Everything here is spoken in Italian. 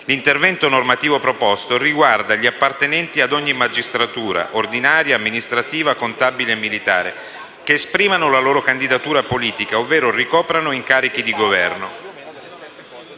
L'intervento normativo proposto riguarda gli appartenenti ad ogni magistratura (ordinaria, amministrativa, contabile e militare) che esprimano la loro candidatura politica, ovvero ricoprano incarichi di Governo;